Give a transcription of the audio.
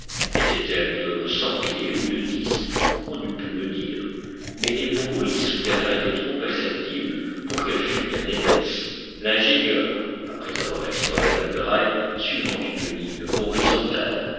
était-elle de cent pieds ou de dix on n'eût pu le dire mais les bruits souterrains étaient trop perceptibles pour qu'elle fût bien épaisse l'ingénieur après avoir exploré la muraille suivant une ligne horizontale